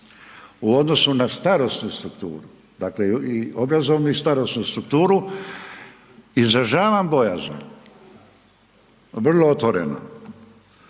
u odnosu na starosnu strukturu, dakle u obrazovnu i starosnu strukturu, izražavam bojazan, vrlo otvoreno,